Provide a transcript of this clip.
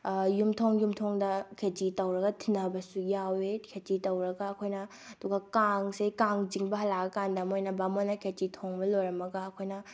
ꯌꯨꯝꯊꯣꯡ ꯌꯨꯝꯊꯣꯡꯗ ꯈꯦꯆꯤ ꯇꯧꯔꯒ ꯊꯤꯟꯅꯕꯁꯨ ꯌꯥꯎꯋꯦ ꯈꯦꯆꯤ ꯇꯧꯔꯒ ꯑꯩꯈꯣꯏꯅ ꯑꯗꯨꯒ ꯀꯥꯡꯁꯦ ꯀꯥꯡꯆꯤꯡꯕ ꯍꯜꯂꯛꯑꯀꯥꯟꯗ ꯃꯣꯏꯅ ꯕꯥꯃꯣꯟꯅ ꯈꯦꯆꯤ ꯊꯣꯡꯕ ꯂꯣꯏꯔꯝꯃꯒ ꯑꯩꯈꯣꯏꯅ